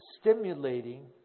stimulating